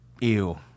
Ew